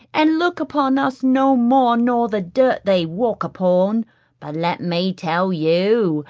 and look upon us no more nor the dirt they walk upon but let me tell you,